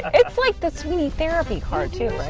it's like the sweeney therapy car too. like